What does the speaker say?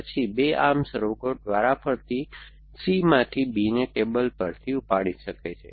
પછી 2 arms robot વારાફરતી C માંથી B ને ટેબલ પરથી ઉપાડી શકે છે